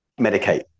medicate